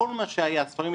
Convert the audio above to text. כל מה שהיה, הספרים,